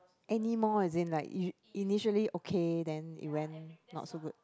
anymore as in like ini~ initially okay then it went not so good